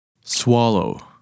swallow